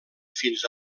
fins